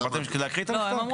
להקריא את המכתב, כן.